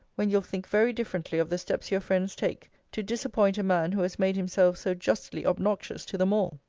when you'll think very differently of the steps your friends take to disappoint a man who has made himself so justly obnoxious to them all.